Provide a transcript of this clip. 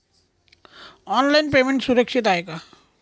Online payment सुरक्षित आहे का?